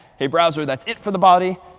hey browser, that's it for the body.